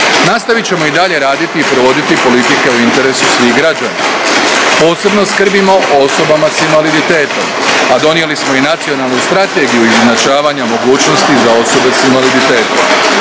Nastavit ćemo i dalje raditi i provoditi politike u interesu svih građana. Posebno skrbimo o osobama s invaliditetom, a donijeli smo i Nacionalnu strategiju izjednačavanja mogućnosti za osobe s invaliditetom.